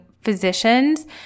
physicians